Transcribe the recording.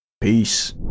Peace